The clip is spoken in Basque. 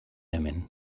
hemen